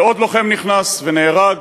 ועוד לוחם נכנס ונהרג,